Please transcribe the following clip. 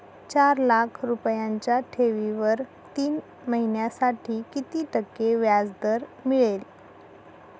चार लाख रुपयांच्या ठेवीवर तीन महिन्यांसाठी किती टक्के व्याजदर मिळेल?